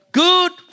good